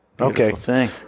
Okay